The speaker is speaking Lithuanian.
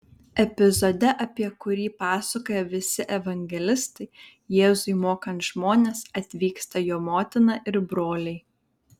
epizode apie kurį pasakoja visi evangelistai jėzui mokant žmones atvyksta jo motina ir broliai